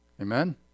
Amen